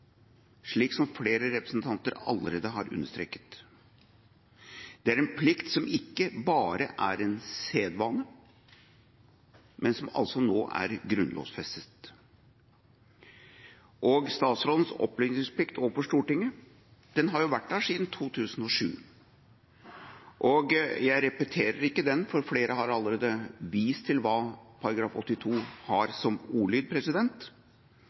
slik som flere representanter allerede har understreket. Det er en plikt som ikke bare er en sedvane, men som altså nå er grunnlovfestet. Statsrådens opplysningsplikt overfor Stortinget har vært der siden 2007, og jeg repeterer ikke den – flere har allerede vist til hva § 82 har som ordlyd